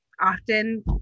often